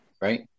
right